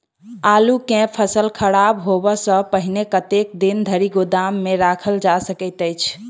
आलु केँ फसल खराब होब सऽ पहिने कतेक दिन धरि गोदाम मे राखल जा सकैत अछि?